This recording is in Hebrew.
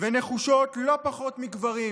ונחושות לא פחות מגברים,